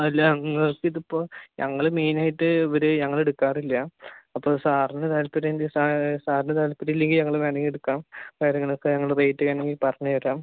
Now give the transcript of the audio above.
അല്ല ഞങ്ങക്കിതിപ്പോൾ ഞങ്ങള് മെയിനായിട്ട് ഇവര് ഞങ്ങള് എടുക്കാറില്ല അപ്പോൾ സാറിന് താൽപര്യമില്ലെങ്കിൽ സാ സാറിന് താൽപര്യമില്ലെങ്കിൽ ഞങ്ങള് തനിയെ എടുക്കാം കാര്യങ്ങളൊക്കെ ഞങ്ങള് റേറ്റ് വേണമെങ്കിൽ പറഞ്ഞ് തരാം